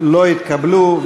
לא התקבלו.